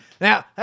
Now